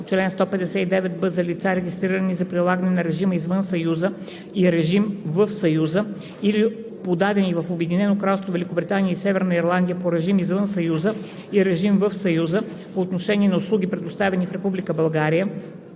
чл. 159б за лица, регистрирани за прилагане на режим извън Съюза и режим в Съюза, или подадени в Обединено кралство Великобритания и Северна Ирландия по режим извън Съюза и режим в Съюза по отношение на услуги, предоставени в